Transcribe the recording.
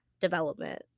development